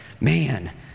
man